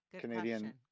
Canadian